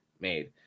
made